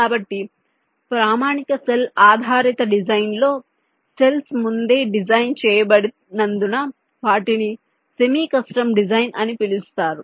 కాబట్టి ప్రామాణిక సెల్ ఆధారిత డిజైన్ లో సెల్స్ ముందే డిజైన్ చేయబడినందున వాటిని సెమీ కస్టమ్ డిజైన్ అని పిలుస్తారు